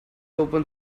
open